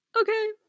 okay